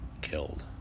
killed